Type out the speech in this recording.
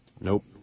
Nope